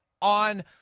on